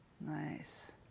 nice